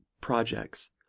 projects